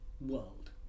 world